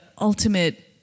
ultimate